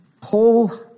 Paul